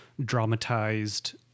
dramatized